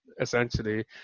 essentially